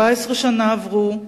14 שנה עברו,